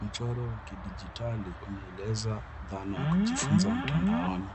Mchoro wa kidijitali unaeleza dhana ya kujifunza mtandaoni.